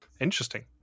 Interesting